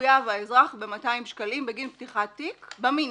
מחויב האזרח ב-200 שקלים בגין פתיחת תיק מינימום,